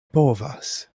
povas